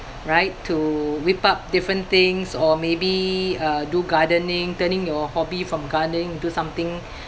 right to whip up different things or maybe uh do gardening turning your hobby from gardening into something